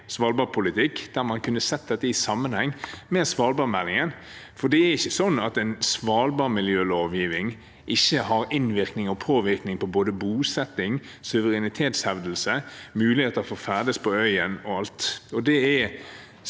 svalbardpolitikk, der man kunne sett dette i sammenheng med svalbardmeldingen. Det er ikke sånn at svalbardmiljølovgivningen ikke har innvirkning og påvirkning på både bosetting, suverenitetshevdelse, muligheter for å ferdes på øya – alt. Det er